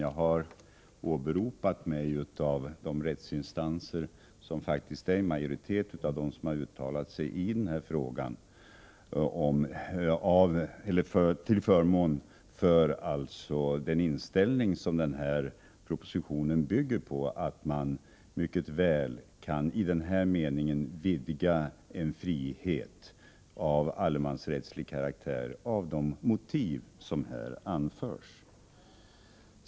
Jag har åberopat de rättsinstanser som faktiskt är i majoritet och som har uttalat sig till förmån för den inställning som propositionen bygger på, att man i den här meningen mycket väl kan vidga en frihet av allemansrättslig karaktär med stöd av de motiv som anförts.